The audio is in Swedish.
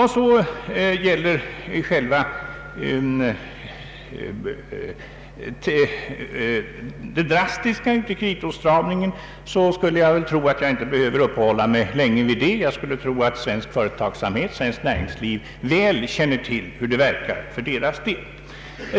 Det drastiska i kreditåtstramningen tror jag inte jag behöver uppehålla mig länge vid. Svensk företagsamhet och svenskt näringsliv känner nog väl till hur det verkar för dem.